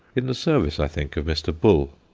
in the service, i think, of mr. bull.